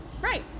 Right